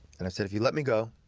and i said, if you let me go,